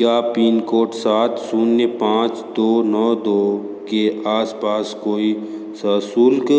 क्या pin code सात शून्य पाँच दो नौ दो के आसपास कोई ससुल्क